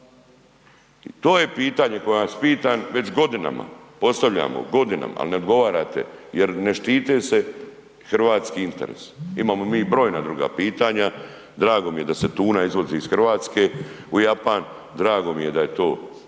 To je pitanje koje vas pitam već godinama. Postavljamo godinama, ali ne odgovarate jer ne štite se hrvatski interesi. Imamo mi i brojna druga pitanja, drago mi je da se tuna izvozi iz Hrvatske u Japan, drago mi je da to